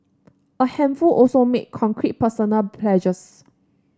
a handful also made concrete personal pledges